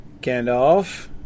Gandalf